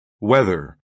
weather